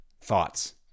thoughts